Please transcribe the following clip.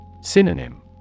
Synonym